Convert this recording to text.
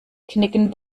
knicken